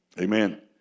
Amen